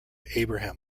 abraham